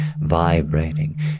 vibrating